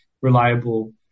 reliable